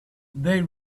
they